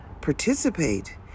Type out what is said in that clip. participate